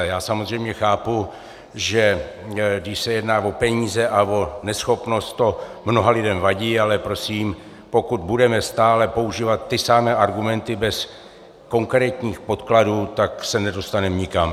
Já samozřejmě chápu, že když se jedná o peníze a o neschopnost, to mnoha lidem vadí, ale prosím, pokud budeme stále používat ty samé argumenty bez konkrétních podkladů, tak se nedostaneme nikam.